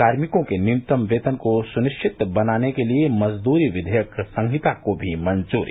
कार्मिकों के न्यूनतम वेतन को सुनिश्चित बनाने के लिए मजदूरी विधेयक संहिता को भी मंजूरी